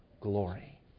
glory